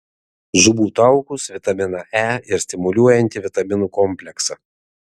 žuvų taukus vitaminą e ir stimuliuojantį vitaminų kompleksą